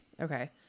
Okay